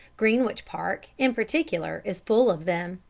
greenwich park, in particular, is full of them.